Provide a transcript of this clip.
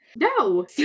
no